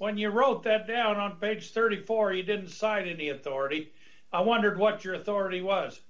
when you wrote that down on page thirty four you did cited the authority i wondered what your authority was